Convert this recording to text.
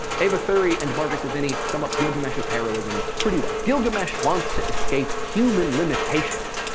eva thury and margaret devinney sum up gilgamesh's heroism pretty well gilgamesh wants to escape human limitations,